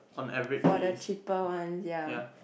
for the cheaper one ya